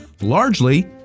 largely